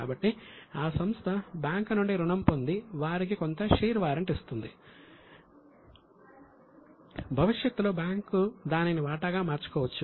కాబట్టి ఆ సంస్థ బ్యాంకు నుండి రుణం పొంది వారికి కొంత షేర్ వారెంట్ ఇస్తుంది భవిష్యత్తులో బ్యాంకు దానిని వాటాగా మార్చుకోవచ్చు